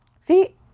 See